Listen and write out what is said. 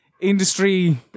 industry